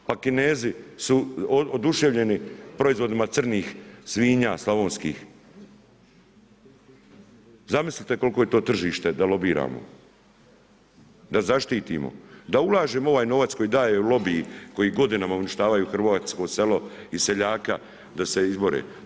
Pa Kinezi su oduševljeni proizvodima crnih svinja, slavonski, zamislite koliko je to tržište, da lobiramo, da zaštitimo, da ulažemo u ovaj novac, koji daju lobiji koji godinama uništavaju hrvatsko selo i seljaka da se izbore.